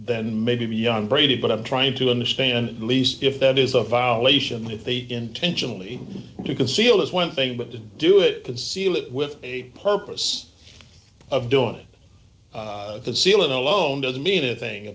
than maybe young brady but i'm trying to understand at least if that is a violation if they intentionally do conceal is one thing but to do it conceal it with a purpose of doing the ceiling alone doesn't mean a thing